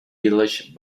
village